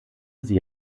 sie